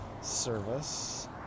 service